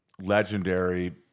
Legendary